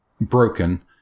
broken